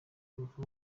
rupfu